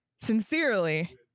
sincerely